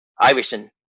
Iverson